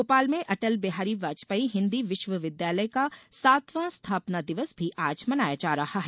भोपाल में अटलबिहारी वाजपेयी हिन्दी विश्वविद्यालय का सातवां स्थापना दिवस भी आज मनाया जा रहा है